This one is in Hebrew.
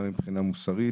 גם מבחינה מוסרית